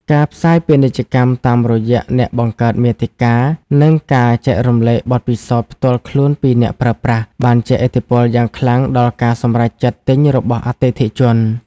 ការផ្សាយពាណិជ្ជកម្មតាមរយះអ្នកបង្កើតមាតិការ និងការចែករំលែកបទពិសោធន៍ផ្ទាល់ខ្លួនពីអ្នកប្រើប្រាស់ បានជះឥទ្ធិពលយ៉ាងខ្លាំងដល់ការសម្រេចចិត្តទិញរបស់អតិថិជន។